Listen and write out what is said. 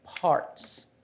parts